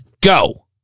Go